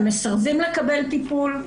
מסרבים לקבל טיפול.